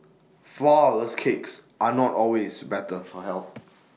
Flourless Cakes are not always better for health